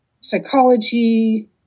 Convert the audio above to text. psychology